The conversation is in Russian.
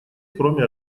кроме